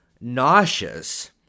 nauseous